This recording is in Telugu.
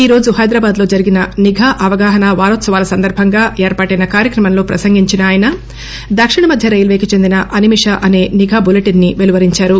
ఈ రోజు హైదరాబాద్ లో జరిగిన నిఘా అవగాహన వారోత్సవాల సందర్బంగా ఏర్పాటైన కార్యక్రమంలో ప్రసంగించిన ఆయన దక్షిణ మధ్య రైల్వే కి చెందిన అనిమిష్ అసేక నిఘా బులీటెన్ ని పెలువరించారు